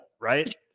right